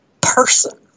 person